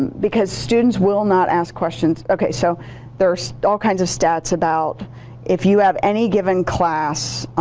because students will not ask questions. okay, so there's all kinds of stats about if you have any given class,